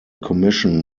commission